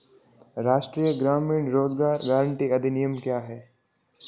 राष्ट्रीय ग्रामीण रोज़गार गारंटी अधिनियम क्या है?